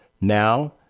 Now